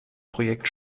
projekt